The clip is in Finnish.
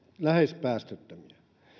lähes päästöttömiä